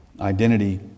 Identity